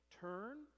turn